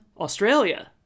Australia